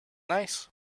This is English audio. nice